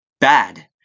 bad